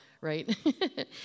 right